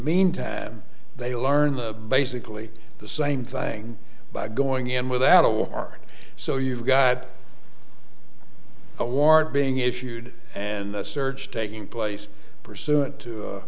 meantime they learn the basically the same thing by going in without a warrant so you've got a warrant being issued and the search taking place pursuant to